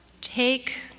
Take